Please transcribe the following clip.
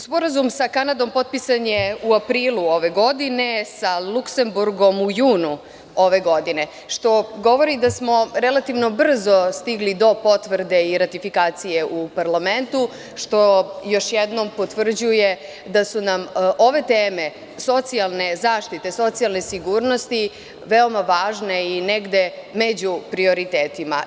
Sporazum sa Kanadom potpisan je u aprilu ove godine, sa Luksemburgom u junu ove godine, što govori da smo relativno brzo stigli do potvrde i ratifikacije u parlamentu, što još jednom potvrđuje da su nam ove teme socijalne zaštite, socijalne sigurnosti veoma važne i negde među prioritetima.